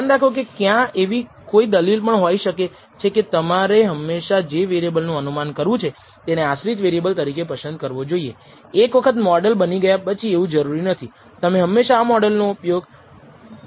અને આપણે ચાલુ રાખીશું તે પણ કરીશું કારણ કે જ્યારે બહુરેખીય રીગ્રેસન આવે છે ત્યારે તે ખૂબ ઉપયોગી છે